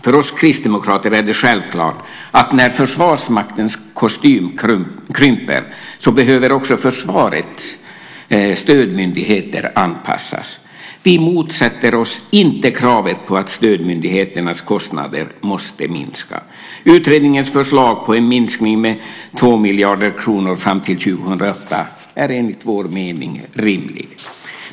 För oss kristdemokrater är det självklart att när Försvarsmaktens kostym krymper behöver också försvarets stödmyndigheter anpassas. Vi motsätter oss inte kravet på att stödmyndigheternas kostnader måste minska. Utredningens förslag på en minskning med 2 miljarder kronor fram till år 2008 är enligt vår mening rimlig.